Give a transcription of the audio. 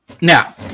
Now